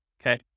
Okay